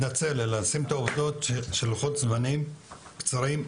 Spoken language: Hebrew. להגיד שלוחות הזמנים קצרים.